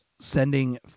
Sending